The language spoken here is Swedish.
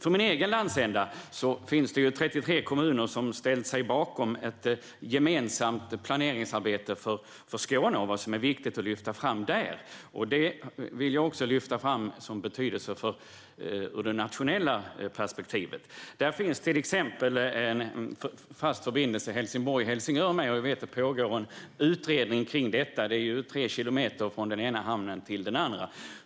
I min egen landsända finns det 33 kommuner som har ställt sig bakom ett gemensamt planeringsarbete för Skåne och vad som är viktigt att lyfta fram där. Det har också betydelse för det nationella perspektivet. Där finns till exempel en fast förbindelse mellan Helsingborg och Helsingör med, och det pågår en utredning om detta. Det är tre kilometer från den ena hamnen till den andra.